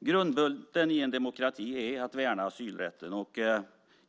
Grundbulten i en demokrati är att värna asylrätten.